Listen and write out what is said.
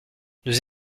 nous